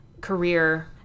career